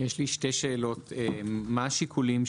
השוטר אומר שהוא דיבר בטלפון והנהג אומר שהוא לא החזיק בטלפון.